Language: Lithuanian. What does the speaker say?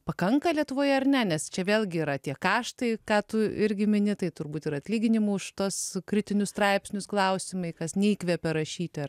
pakanka lietuvoje ar ne nes čia vėlgi yra tie kaštai ką tu irgi mini tai turbūt ir atlyginimų už tuos kritinius straipsnius klausimai kas neįkvepia rašyti